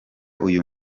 uyu